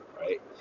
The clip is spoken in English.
Right